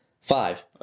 Five